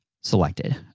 selected